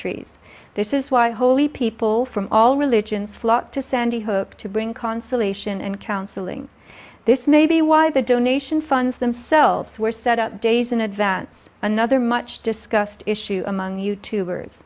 trees this is why holy people from all religions flock to sandy hook to bring consolation and counseling this may be why the donation funds themselves were set up days in advance another much discussed issue among you two words